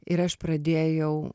ir aš pradėjau